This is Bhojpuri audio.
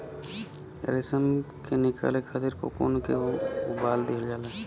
रेशम के निकाले खातिर कोकून के उबाल दिहल जाला